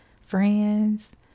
friends